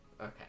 okay